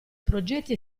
progetti